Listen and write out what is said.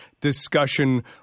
discussion